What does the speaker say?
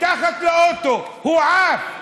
מתחת לאוטו, הוא עף.